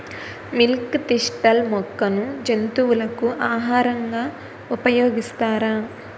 Milk thistle మొక్కను జంతువులకు ఆహారంగా ఉపయోగిస్తారా?